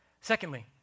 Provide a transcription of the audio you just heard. Secondly